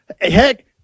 Heck